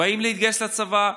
באים להתגייס לצבא,